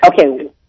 Okay